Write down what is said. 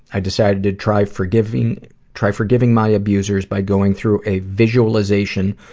i decided to try forgiving try forgiving my abusers by going through a visualization